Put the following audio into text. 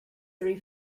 three